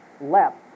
left